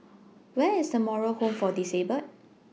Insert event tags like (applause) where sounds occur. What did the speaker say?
Where IS The Moral (noise) Home For Disabled